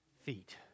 feet